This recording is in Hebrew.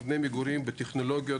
מבני מגורים וטכנולוגיות,